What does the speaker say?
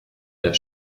der